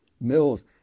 Mills